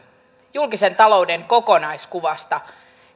julkisen talouden kokonaiskuvasta